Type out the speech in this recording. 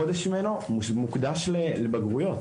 מוקדש לבגרויות.